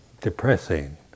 depressing